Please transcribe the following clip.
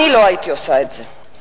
אני לא הייתי עושה את זה.